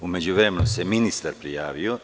U međuvremenu se ministar prijavio.